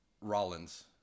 Rollins